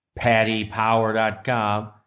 pattypower.com